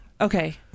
Okay